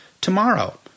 tomorrow